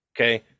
Okay